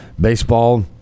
Baseball